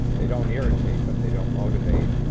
they don't irritate, but they don't motivate,